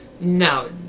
No